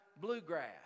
bluegrass